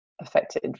affected